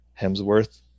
Hemsworth